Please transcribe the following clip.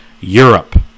Europe